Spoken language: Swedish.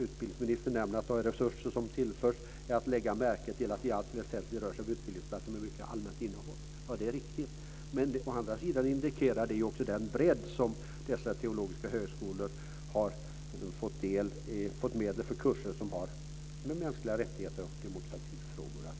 Utbildningsministern nämner att i samband med de resurser som har tillförts ska man lägga märke till att det i allt väsentligt rör sig om utbildningsplatser som har ett mycket allmänt innehåll. Det är riktigt. Men det indikerar den bredd som dessa teologiska högskolor har fått medel till, dvs. kurser som rör frågor om mänskliga rättigheter och demokrati.